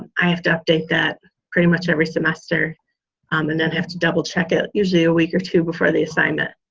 i have to update that pretty much every semester um and then i have to double-check it usually a week or two before the assignment.